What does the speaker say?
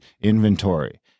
inventory